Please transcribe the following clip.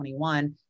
2021